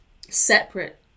separate